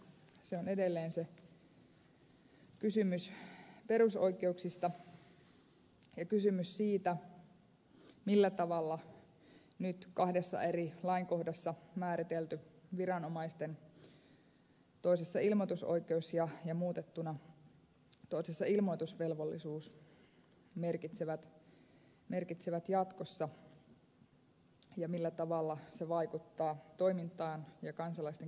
se on edelleen se kysymys perusoikeuksista ja kysymys siitä mitä nyt kahdessa eri lainkohdassa määritelty viranomaisten toisessa ilmoitusoikeus ja toisessa muutettuna ilmoitusvelvollisuus merkitsevät jatkossa ja millä tavalla se vaikuttaa toimintaan ja kansalaisten käyttäytymiseen